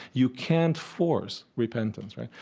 you can't force repentance, right?